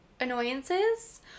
annoyances